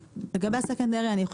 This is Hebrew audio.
אבל לגבי המיליון דולר,